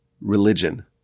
religion